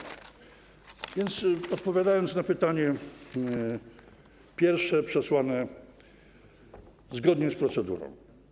A więc odpowiadam na pytanie pierwsze, przesłane zgodnie z procedurą.